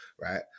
right